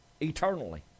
eternally